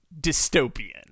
dystopian